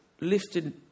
lifted